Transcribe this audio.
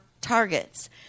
targets